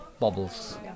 bubbles